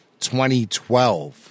2012